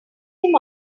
him